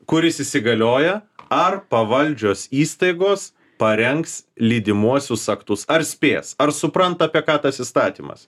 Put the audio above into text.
kuris įsigalioja ar pavaldžios įstaigos parengs lydimuosius aktus ar spės ar supranta apie ką tas įstatymas